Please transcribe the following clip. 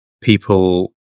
people